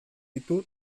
ditu